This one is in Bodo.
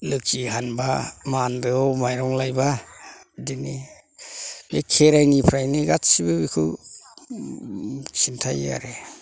लोखि हानबा माइहेन्दोआव माइरं लायबा बिदिनो बे खेराइनिफ्रायनो गासिबो बेखौ खिन्थायो आरो